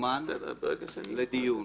וזמן לדיון.